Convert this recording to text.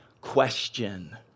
question